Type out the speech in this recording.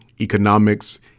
economics